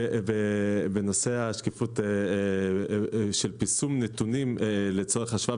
בנושא השקיפות של פרסום נתונים לצורך השוואה,